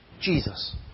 Jesus